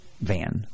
van